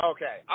Okay